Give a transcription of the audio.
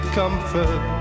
comfort